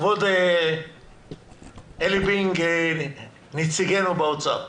כבוד עלי בינג, נציגנו באוצר.